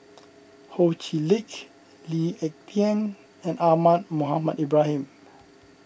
Ho Chee Lick Lee Ek Tieng and Ahmad Mohamed Ibrahim